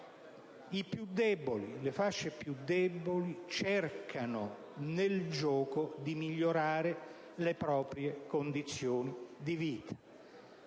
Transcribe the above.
i più deboli, le fasce più deboli cercano nel gioco di migliorare le proprie condizioni di vita.